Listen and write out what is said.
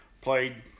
Played